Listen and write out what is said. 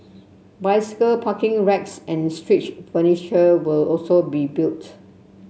bicycle parking racks and street furniture will also be built